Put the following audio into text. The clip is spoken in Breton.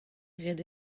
ret